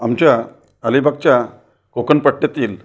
आमच्या अलीबागच्या कोकणपट्ट्यातील